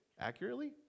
accurately